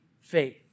faith